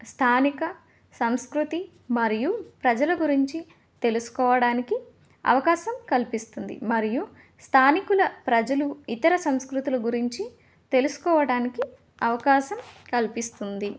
స్థానిక సంస్కృతి మరియు ప్రజల గురించి తెలుసుకోవడానికి అవకాశం కల్పిస్తుంది మరియు స్థానికుల ప్రజలు ఇతర సంస్కృతుల గురించి తెలుసుకోవడానికి అవకాశం కల్పిస్తుంది